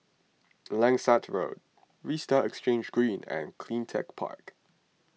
Langsat Road Vista Exhange Green and CleanTech Park